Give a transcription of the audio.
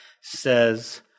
says